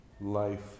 life